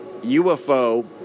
UFO